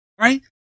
right